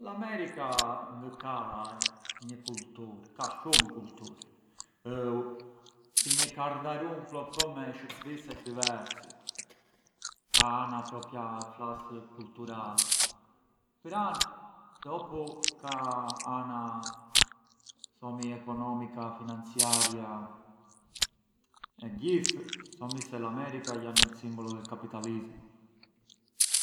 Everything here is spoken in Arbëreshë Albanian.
L’America ngë ka një kultur, ka shumë kulturë, ë si një kardharun plot plot me shurbise diversi, ka ana propria flas kulturali, pran dopu ka ana thomi economico-finanziaria e gjithë, thomi se l’America ë simbolo del capitalismo.